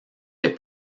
des